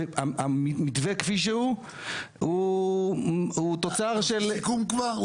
והמתווה כפי שהוא הוא תוצר --- אתה עושה סיכום כבר?